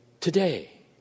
today